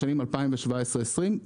בשנים 2017 2020,